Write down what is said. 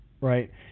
right